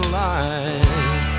life